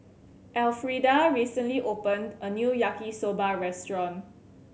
Elfrieda recently opened a new Yaki Soba restaurant